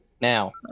Now